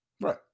Right